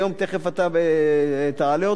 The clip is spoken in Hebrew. תיכף אתה תעלה אותה,